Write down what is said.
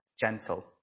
gentle